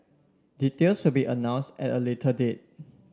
details will be announced at a later date